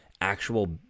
actual